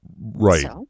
Right